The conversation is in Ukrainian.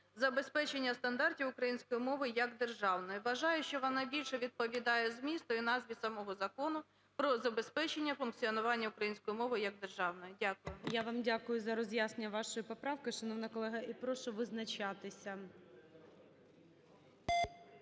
"Забезпечення стандартів української мови як державної". Вважаю, що вона більше відповідає змісту і назві самого закону про забезпечення функціонування української мови як державної. Дякую. ГОЛОВУЮЧИЙ. Я вам дякую за роз'яснення вашої поправки, шановна колего. І прошу визначатися.